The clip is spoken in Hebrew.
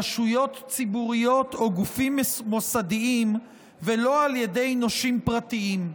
רשויות ציבוריות או גופים מוסדיים ולא על ידי נושים פרטיים.